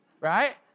Right